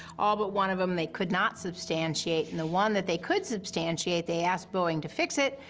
all but one of them they could not substantiate and the one that they could substantiate, they asked boeing to fix it.